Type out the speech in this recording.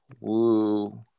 woo